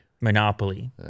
Monopoly